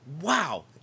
wow